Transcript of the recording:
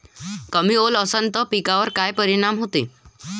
कमी ओल असनं त पिकावर काय परिनाम होते?